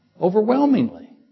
overwhelmingly